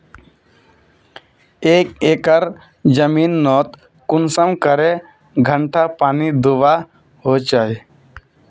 एक एकर जमीन नोत कुंसम करे घंटा पानी दुबा होचए?